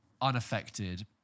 unaffected